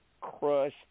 crush